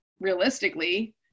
realistically